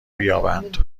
بیابند